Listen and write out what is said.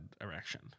erection